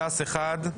ש"ס אחד,